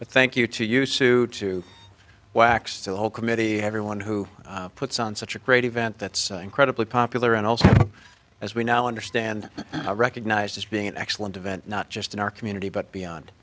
but thank you to used to to wax the whole committee everyone who puts on such a great event that's incredibly popular and also as we now understand recognized as being an excellent event not just in our community but beyond